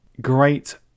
Great